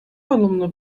olumlu